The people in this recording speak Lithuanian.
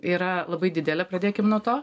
yra labai didelė pradėkim nuo to